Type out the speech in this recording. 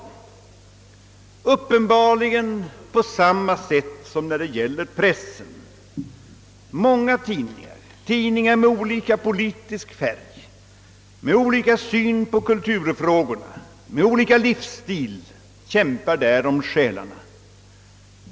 Jo, uppenbarligen på samma sätt som när det gäller pressen. Många tidningar med olika politisk färg, med olika syn på kulturfrågorna och med olika livsstil kämpar där om själarna.